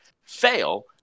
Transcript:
fail